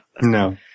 No